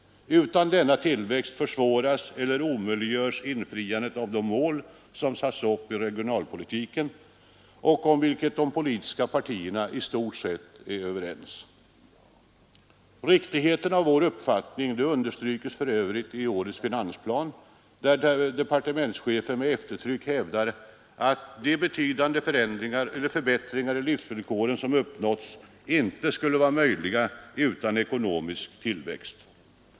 Utan denna tillväxt försvåras eller omöjliggöres infriandet av de mål som satts upp för regionalpolitiken och om vilka de politiska partierna i stort är överens. Riktigheten av vår uppfattning understryks för övrigt i årets finansplan, där departementschefen med eftertryck hävdar att de betydande förändringar i livsvillkoren som uppnåtts inte skulle vara möjliga utan ekonomisk tillväxt.